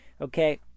Okay